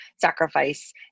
sacrifice